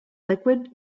liquid